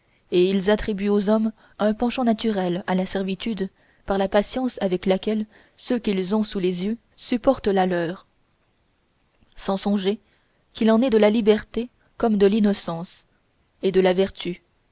et ils attribuent aux hommes un penchant naturel à la servitude par la patience avec laquelle ceux qu'ils ont sous les yeux supportent la leur sans songer qu'il en est de la liberté comme de l'innocence et de la vertu